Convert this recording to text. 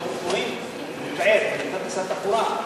מבחינת משרד התחבורה,